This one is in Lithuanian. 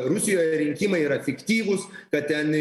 rusijoje rinkimai yra fiktyvūs kad ten